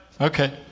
Okay